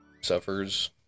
suffers